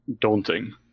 daunting